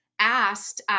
asked